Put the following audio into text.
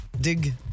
dig